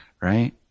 right